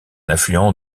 affluent